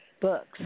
books